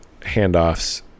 handoffs